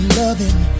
loving